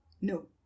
No